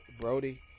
Brody